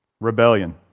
Rebellion